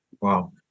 Wow